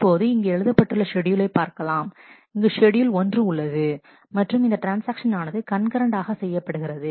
இப்போது இங்கு எழுதப்பட்டுள்ள ஷெட்யூலை பார்க்கலாம் இங்கு ஷெட்யூல் ஒன்று உள்ளது மற்றும் இந்த ட்ரான்ஸ்ஆக்ஷன் ஆனது கண்கரண்ட் ஆக செய்யப்படுகிறது